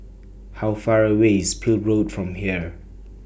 How Far away IS Peel Road from here